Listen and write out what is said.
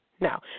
No